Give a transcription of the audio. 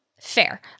Fair